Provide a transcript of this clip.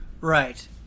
Right